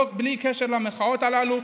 בלי קשר למחאות הללו,